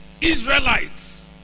Israelites